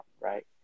right